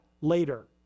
later